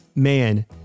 Man